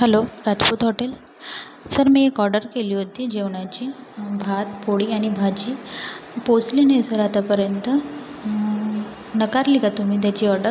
hello Rajput hotel sir मी एक order केली होती जेवणाची भात पोळी आणि भाजी पोचली नाही सर आतापर्यंत नकारली का तुम्ही त्याची ऑर्डर